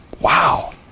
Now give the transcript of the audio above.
Wow